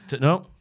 No